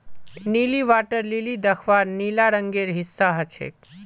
नीली water lily दख्वार नीला रंगेर हिस्सा ह छेक